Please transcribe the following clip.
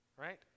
right